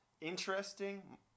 interesting